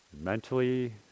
Mentally